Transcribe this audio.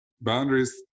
boundaries